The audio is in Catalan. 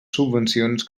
subvencions